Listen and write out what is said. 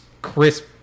crisp